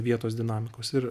vietos dinamikos ir